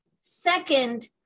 Second